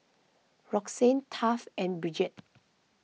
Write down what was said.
Roxann Taft and Bridgette